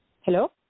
Hello